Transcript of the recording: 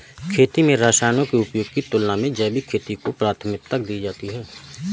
खेती में रसायनों के उपयोग की तुलना में जैविक खेती को प्राथमिकता दी जाती है